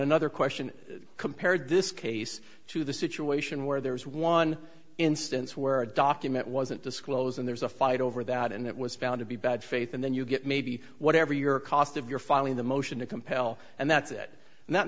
another question compared this case to the situation where there was one instance where a document wasn't disclosed and there's a fight over that and it was found to be bad faith and then you get maybe whatever your cost of your filing the motion to compel and that's it and that